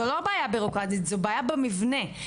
זו בעיה במבנה,